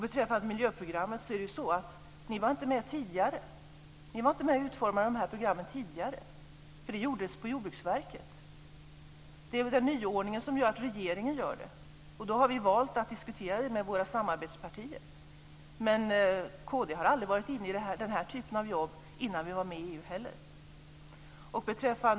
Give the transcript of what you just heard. Beträffande miljöprogrammet var ni inte med och utformade dessa program tidigare. Det gjordes på Jordbruksverket. Det är en nyordning nu som gör att det är regeringen som gör det. Då har vi valt att diskutera miljöprogrammet med våra samarbetspartier, men kristdemokraterna har aldrig varit med i den här typen av jobb, inte heller innan vi gick med i EU.